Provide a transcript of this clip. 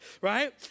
right